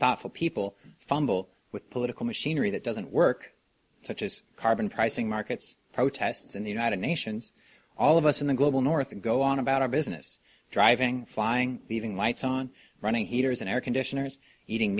thoughtful people fumble with political machinery that doesn't work such as carbon pricing markets protests in the united nations all of us in the global north go on about our business driving flying leaving lights on running heaters and air conditioners eating